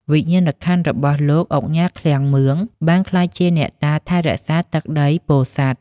វិញ្ញាណក្ខន្ធរបស់លោកឧកញ៉ា ឃ្លាំងមឿង បានក្លាយជាអ្នកតាថែរក្សាទឹកដីពោធិ៍សាត់។